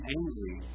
angry